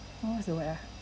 what what's the word ah